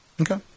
Okay